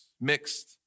mixed